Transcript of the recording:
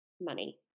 money